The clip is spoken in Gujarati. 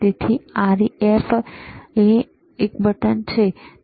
તેથી તે REF માટે એક બટન છે બરાબર